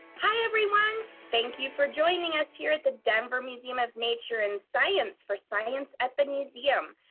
hi everyone. thank you for joining us here at the denver museum of nature and science for science at the museum.